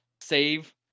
save